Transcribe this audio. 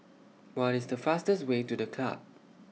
What IS The fastest Way to The Club